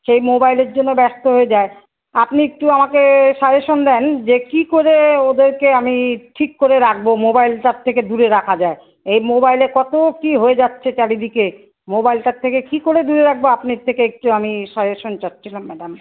সেই মোবাইলের জন্য ব্যস্ত হয়ে যায় আপনি একটু আমাকে সাজেশন দিন যে কী করে ওদেরকে আমি ঠিক করে রাখব মোবাইলটার থেকে দূরে রাখা যায় এই মোবাইলে কত কী হয়ে যাচ্ছে চারিদিকে মোবাইলটার থেকে কী করে দূরে রাখব আপনার থেকে একটু আমি সাজেশন চাইছিলাম ম্যাডাম